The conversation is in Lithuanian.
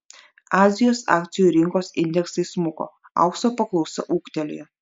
azijos akcijų rinkos indeksai smuko aukso paklausa ūgtelėjo